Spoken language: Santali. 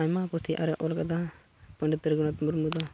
ᱟᱭᱢᱟ ᱯᱩᱛᱷᱤ ᱟᱨᱮ ᱚᱞᱟᱠᱟᱫᱟ ᱯᱚᱸᱰᱤᱛ ᱨᱚᱜᱷᱩᱱᱟᱛᱷ ᱢᱩᱨᱢᱩ ᱫᱚ